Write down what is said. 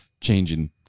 changing